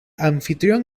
anfitrión